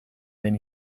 den